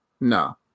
No